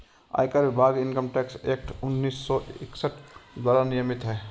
आयकर विभाग income tax act उन्नीस सौ इकसठ द्वारा नियमित है